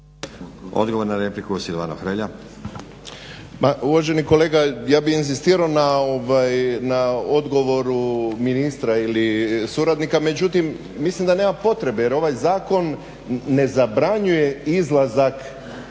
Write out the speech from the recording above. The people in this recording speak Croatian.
Hrelja. **Hrelja, Silvano (HSU)** Pa uvaženi kolega ja bih inzistirao na odgovoru ministra ili suradnika međutim mislim da nema potrebe jer ovaj zakon ne zabranjuje izlazak